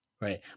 right